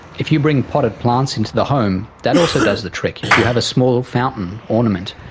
if you bring potted plants into the home, that also does the trick. if you have a small fountain ornament,